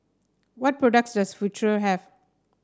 what products does Futuro have